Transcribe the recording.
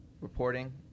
reporting